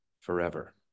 forever